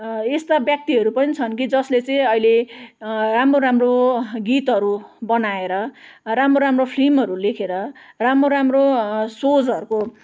यस्ता व्यक्तिहरू पनि छन् कि जसले चाहिँ अहिले राम्रो राम्रो गीतहरू बनाएर राम्रो राम्रो फिल्महरू लेखेर राम्रो राम्रो सोजहरूको